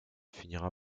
finira